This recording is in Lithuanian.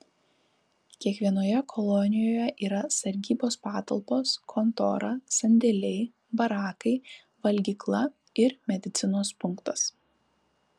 kiekvienoje kolonijoje yra sargybos patalpos kontora sandėliai barakai valgykla ir medicinos punktas